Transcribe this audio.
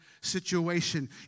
situation